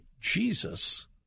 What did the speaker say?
Jesus